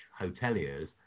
hoteliers